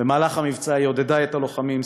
במהלך המבצע היא עודדה את הלוחמים,